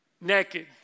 Naked